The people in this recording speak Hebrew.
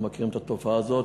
אנחנו מכירים את התופעה הזאת,